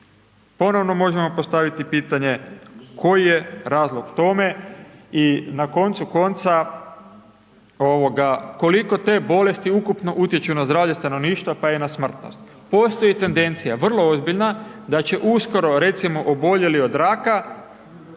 Ponovno možemo postaviti pitanje, koji je razlog tome i na koncu konca, koliko te bolesti ukupno utječu na zdravlje stanovništva pa i na smrtnost. Postoji tendencija vrlo ozbiljna, da će uskoro, recimo oboljeli od raka,